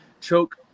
choke